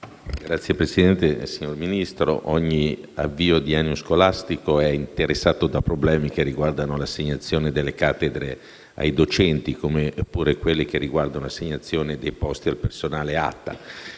BARANI *(AL-A)*. Signora Ministra, ogni avvio di anno scolastico è interessato da problemi che riguardano l'assegnazione delle cattedre ai docenti, come pure quelli che riguardano l'assegnazione dei posti al personale ATA.